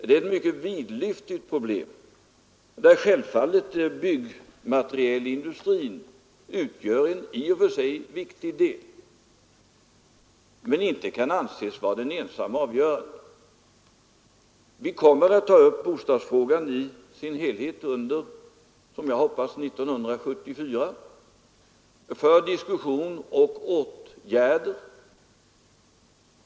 Det är ett mycket vidlyftigt problem, där självfallet byggmaterialindustrin utgör en i och för sig viktig del som dock inte kan anses vara den ensamt avgörande. Vi kommer som jag hoppas att ta upp bostadsfrågan i dess helhet under 1974 för diskussion och åtgärder.